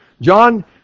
John